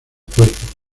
cuerpo